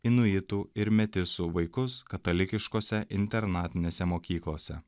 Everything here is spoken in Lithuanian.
inuitų ir metisų vaikus katalikiškose internatinėse mokyklose